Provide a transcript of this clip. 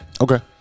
Okay